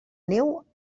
neu